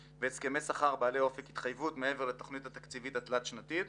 5. הסכמי שכר בעלי אופק התחייבות מעבר לתכנית התקציבית התלת שנתית.